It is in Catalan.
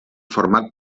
format